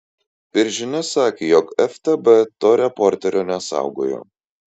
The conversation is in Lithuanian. per žinias sakė jog ftb to reporterio nesaugojo